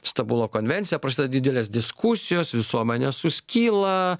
stambulo konvenciją prasideda didelės diskusijos visuomenė suskyla